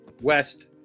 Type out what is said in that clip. west